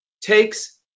takes